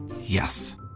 Yes